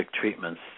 treatments